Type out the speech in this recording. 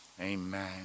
Amen